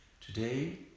Today